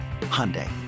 Hyundai